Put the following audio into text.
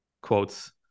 quotes